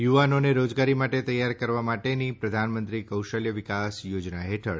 યુવાનોને રોજગારી માટે તૈયાર કરવા માટેની પ્રધાનમંત્રી કૌશલ્ય વિકાસ થોજના હેઠળ